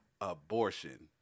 abortion